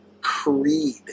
Creed